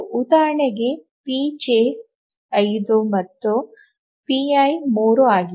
ಉದಾಹರಣೆಗೆ ಪಿಜೆ 5 ಮತ್ತು ಪೈ 3 ಆಗಿದೆ